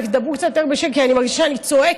רק דברו קצת יותר בשקט כי אני מרגישה שאני צועקת.